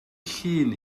llun